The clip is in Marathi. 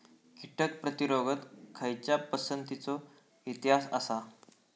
कीटक प्रतिरोधक खयच्या पसंतीचो इतिहास आसा?